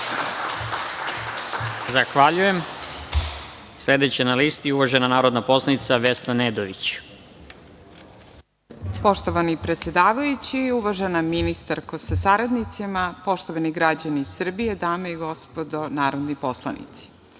Zahvaljujem. Sledeća na listi je uvažena narodna poslanica Vesna Nedović. **Vesna Nedović** Poštovani predsedavajući i uvažena ministarko sa saradnicima, poštovani građani Srbije, dame i gospodo narodni poslanici,